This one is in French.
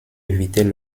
éviter